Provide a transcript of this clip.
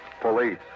Police